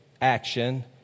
action